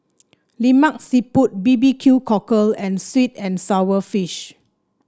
Lemak Siput B B Q Cockle and sweet and sour fish